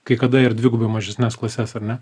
kai kada ir dvigubai mažesnes klases ar ne